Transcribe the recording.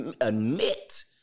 admit